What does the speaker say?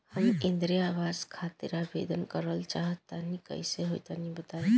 हम इंद्रा आवास खातिर आवेदन करल चाह तनि कइसे होई तनि बताई?